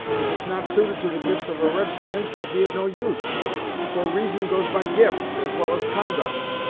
if it's not suited to the gifts of a red-skin, twill be of no use for reason goes by gifts, as well as conduct.